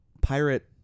pirate